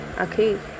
okay